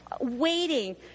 waiting